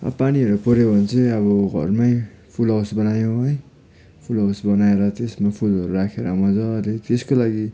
अब पानीहरू पर्यो भने चाहिँ अब घरमै फुलहाउस बनायो है फुलहाउस बनाएर त्यसमा फुलहरू राखेर मजाले त्यसको लागि